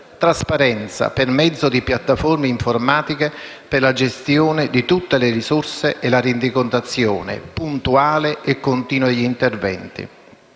trasparenza per mezzo di piattaforme informatiche per la gestione di tutte le risorse e la rendicontazione puntuale e continua degli interventi;